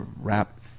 wrap